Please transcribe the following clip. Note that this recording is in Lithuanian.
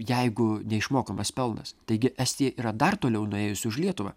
jeigu neišmokamas pelnas taigi estija yra dar toliau nuėjusi už lietuvą